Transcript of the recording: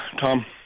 Tom